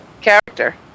character